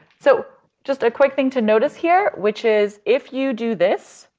so just a quick thing to notice here, which is, if you do this,